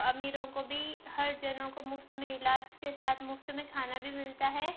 امیروں کو بھی ہر جنوں کو مفت میں علاج کے ساتھ مُفت میں کھانا بھی ملتا ہے